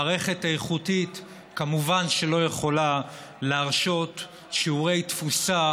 מערכת איכותית כמובן שלא יכולה להרשות שיעורי תפוסה